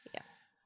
Yes